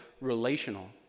relational